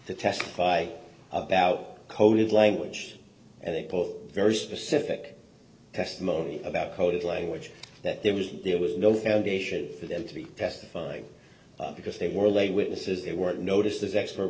to testify about coded language and they put very specific testimony about coded language that there was there was no foundation for them to be testifying because they were later witnesses they weren't noticed as expert